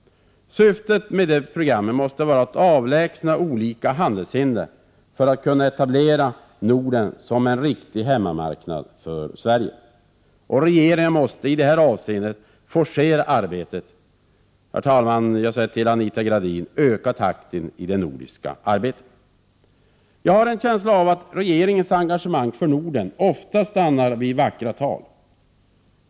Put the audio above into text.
Syftet bör vara att avlägsna olika handelshinder för att kunna etablera Norden som en riktig hemmamarknad för Sverige. Regeringen måste i det här avseendet forcera arbetet. Jag säger till Anita Gradin: Öka takten i det nordiska arbetet! Jag har en känsla av att regeringens engagemang för Norden ofta stannar vid vackra tal.